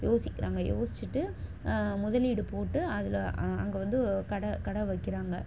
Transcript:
யோசிக்கிறாங்க யோசிச்சுட்டு முதலீடு போட்டு அதில் அங்கே வந்து கடை கடை வைக்கிறாங்க